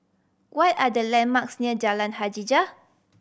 what are the landmarks near Jalan Hajijah